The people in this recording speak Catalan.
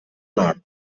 nord